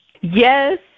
Yes